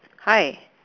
hi